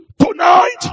tonight